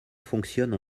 fonctionnent